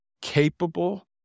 capable